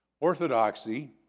Orthodoxy